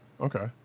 okay